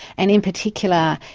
and in particular,